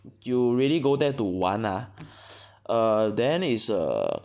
you really go there to 玩 ah then is err